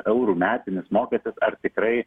eurų metinis mokestis ar tikrai